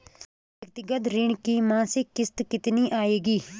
व्यक्तिगत ऋण की मासिक किश्त कितनी आएगी?